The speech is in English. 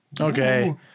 Okay